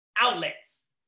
outlets